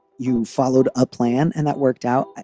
you followed a plan and that worked out.